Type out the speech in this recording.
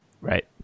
Right